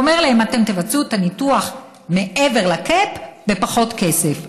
הוא אומר להם: אתם תבצעו את הניתוח מעבר ל-cap בפחות כסף.